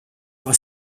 aga